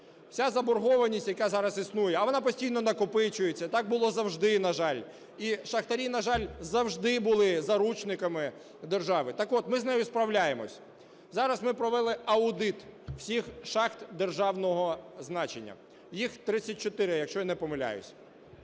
Вся заборгованість, яка зараз існує, а вона постійно накопичується, так було завжди, на жаль, і шахтарі, на жаль, завжди були заручниками держави, так от, ми з нею справляємося. Зараз ми провели аудит всіх шахт державного значення, їх 34, якщо я не помиляюсь.